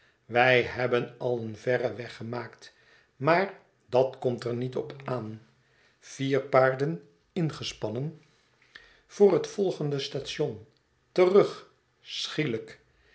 wij hebben al een verren weg gemaakt maar dat komt er niet op aan vier paarden ingespannen voor het volgende station terug schielijk